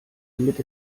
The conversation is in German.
damit